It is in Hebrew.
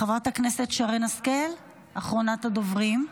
חברת הכנסת שרן השכל, אחרונת הדוברים.